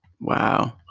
Wow